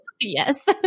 Yes